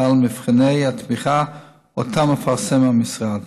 כלל מבחני התמיכה שאותם מפרסם המשרד,